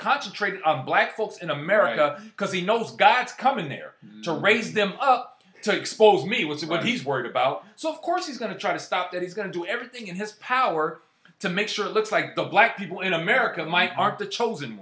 concentrate of black folks in america because he knows god's coming there to raise them up to expose me was what he's worried about so of course he's going to try to stop that he's going to do everything in his power to make sure looks like the black people in america mike are the chosen